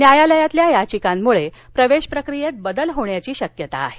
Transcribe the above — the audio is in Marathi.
न्यायालयातील याचिकांमुळे प्रवेश प्रक्रियेत बदल होण्याची शक्यता आहे